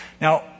Now